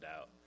out